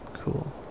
Cool